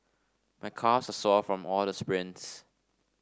my calves are sore from all the sprints